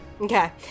Okay